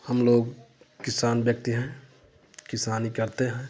हम लोग किसान व्यक्ति हैं किसानी करते हैं